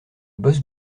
bosc